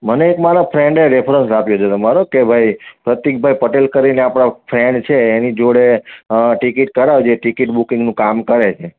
મને એક મારા ફ્રેન્ડે રેફરન્સ આપ્યો છે તમારો કે ભાઈ પ્રતિકભાઈ પટેલ કરીને આપણા ફ્રેન્ડ છે એની જોડે ટિકિટ કઢાવજે ટિકિટ બુકિંગનું કામ કરે છે